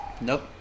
Nope